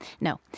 No